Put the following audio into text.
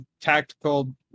tactical